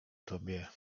tobie